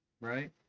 right